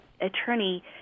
attorney